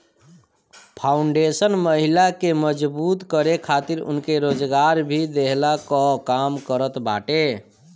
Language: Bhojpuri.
फाउंडेशन महिला के मजबूत करे खातिर उनके रोजगार भी देहला कअ काम करत बाटे